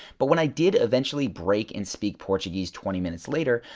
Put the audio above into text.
but when i did eventually break and speak portuguese twenty minutes later,